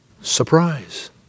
Surprise